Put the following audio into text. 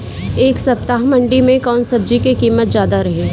एह सप्ताह मंडी में कउन सब्जी के कीमत ज्यादा रहे?